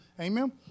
Amen